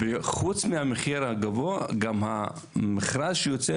חוץ מהמחיר הגבוה גם המכרז שיוצא,